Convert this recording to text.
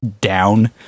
down